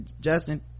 Justin